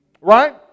right